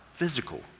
physical